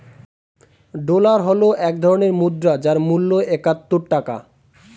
dollar হল এক ধরনের মুদ্রা যার মূল্য একাত্তর টাকা